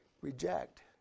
reject